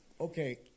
Okay